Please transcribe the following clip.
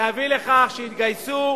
להביא לכך שיתגייסו